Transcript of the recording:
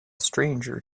stranger